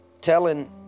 telling